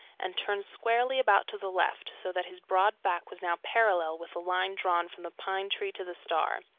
and turned squarely about to the left, so that his broad back was now parallel with a line drawn from the pine tree to the star.